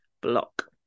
block